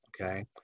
okay